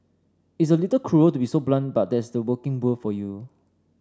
it's a little cruel to be so blunt but that's the working world for you